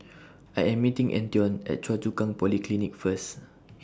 I Am meeting Antione At Choa Chu Kang Polyclinic First